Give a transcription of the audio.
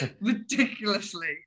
Ridiculously